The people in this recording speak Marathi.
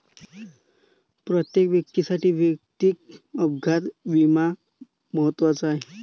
प्रत्येक व्यक्तीसाठी वैयक्तिक अपघात विमा महत्त्वाचा आहे